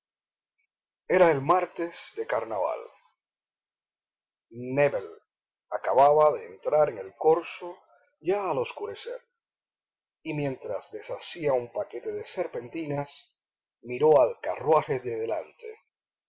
era el martes de carnaval nébel acababa de entrar en el corso ya al oscurecer y mientras deshacía un paquete de serpentinas miró al carruaje de delante